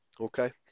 Okay